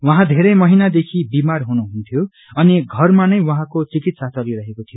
उहाँ धेरै महिनादेखि बिमार हुनुहुन्थ्यो अनि घरमानै उहाँको चिकित्सा चलिरहेको थियो